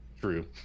true